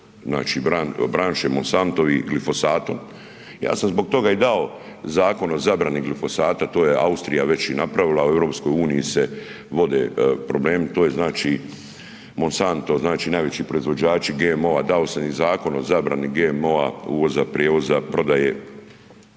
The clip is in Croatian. znači branše Monsantovih glifosata. Ja sam zbog toga i dao zakon o zabrani glifosata, to je Austrija već i napravila u EU se vode problemi, to je znači Monsanto znači najveći proizvođači GMO-a, dao sam i zakon o zabrani GMO-a uvoza, prijevoza, prodaje,